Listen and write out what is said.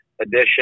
edition